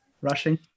rushing